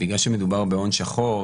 בגלל שמדובר בהון שחור,